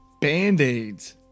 Band-Aids